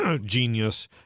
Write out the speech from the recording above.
Genius